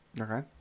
Okay